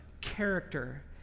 character